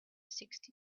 sixty